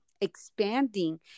expanding